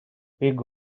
pig